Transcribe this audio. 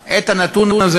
את הנתון הזה,